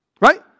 Right